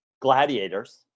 Gladiators